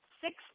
six